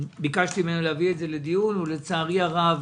ביקשתי ממנה להביא את זה לדיון אך לצערי הרב